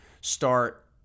start